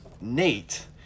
Nate